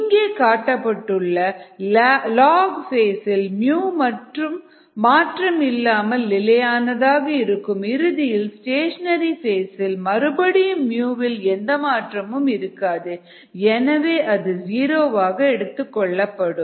இங்கே காட்டப்பட்டுள்ள log phase இல் மாற்றம் இல்லாமல் நிலையானதாக இருக்கும் இறுதியில் ஸ்டேஷனரி ஃபேஸ் இல் மறுபடியும் வில் எந்த மாற்றமும் இருக்காது எனவே அது ஜீரோ ஆக எடுத்துக் கொள்ளப்படும்